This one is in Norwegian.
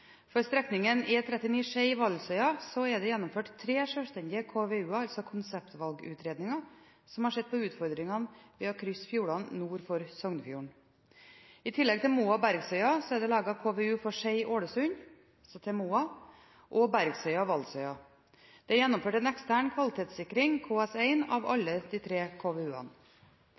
er lagt fram for Stortinget. For strekningen E39 Skei–Valsøya er det gjennomført tre selvstendige KVU-er, konseptvalgutredninger, som har sett på utfordringene ved å krysse fjordene nord for Sognefjorden. I tillegg til Moa–Bergsøya er det laget KVU for Skei–Ålesund, til Moa, og Bergsøya–Valsøya. Det er gjennomført en ekstern kvalitetssikring, KS1, av alle de tre